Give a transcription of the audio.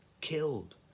killed